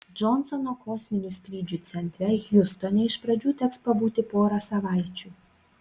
džonsono kosminių skrydžių centre hjustone iš pradžių teks pabūti porą savaičių